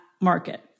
market